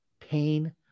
pain